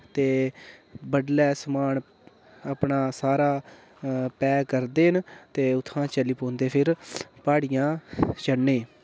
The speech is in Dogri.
ते बड़ले समान अपना सारा पैक करदे न ते उत्थुआं चली पौंदे फिर पहाड़ियां चढ़ने